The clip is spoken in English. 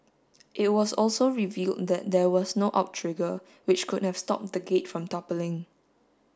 it was also revealed that there was no outrigger which could have stopped the gate from toppling